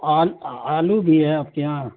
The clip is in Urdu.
آلو آلو بھی ہے آپ کے یہاں